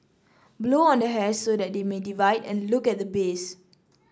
blow on the hairs so that they divide and look at the base